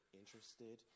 interested